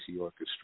Orchestra